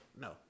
No